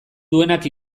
duenak